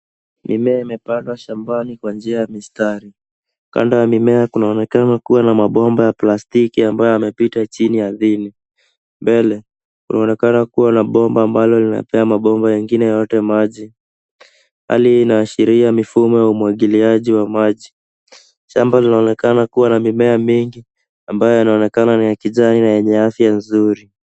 Mimea imepandwa shambani kwa njia ya mistari. Kando ya mimea kunaonekana kuwa na mabomba ya plastiki ambayo yamepita chini ardhini. Mbele kunaonekana kuwa na bomba ambalo linapea mabomba mengine yote maji. Hali hii inaashiria mifumo ya umwagiliaji wa maji. Shamba linaonekana kuwa na mimea mingi ambayo yanaonekana ni ya kijana na yenye afya nzuri.